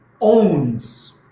owns